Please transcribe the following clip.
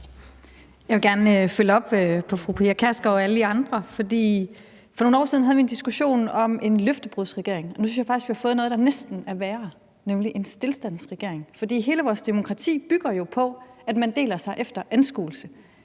Jeg vil gerne følge op på, hvad fru Pia Kjærsgaard og alle I andre sagde, for for nogle år siden havde vi en diskussion om en løftebrudsregering, og nu synes jeg faktisk, vi har fået noget, der næsten er værre, nemlig en stilstandsregering. For hele vores demokrati bygger jo på, at man deler sig efter anskuelse,